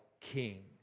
king